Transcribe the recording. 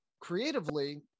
creatively